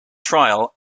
trial